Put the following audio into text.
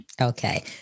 Okay